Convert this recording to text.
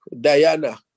Diana